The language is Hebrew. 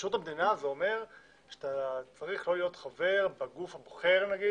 בשירות המדינה זה אומר שאתה צריך לא להיות חבר בגוף הבוחר נגיד